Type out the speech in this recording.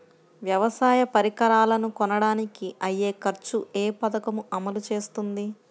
వ్యవసాయ పరికరాలను కొనడానికి అయ్యే ఖర్చు ఏ పదకము అమలు చేస్తుంది?